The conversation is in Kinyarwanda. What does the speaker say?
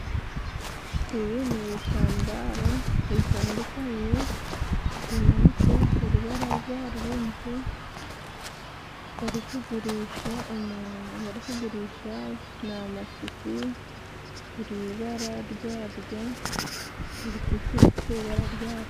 Ibi nibitambaro bitandukanye bimanitse ku rubaraza rw'inzu barikugurisha, barikugurisha n'amatisi buribara ryaryo buritisi ifite ibara ryayo.